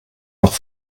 noch